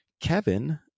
Kevin